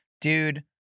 Dude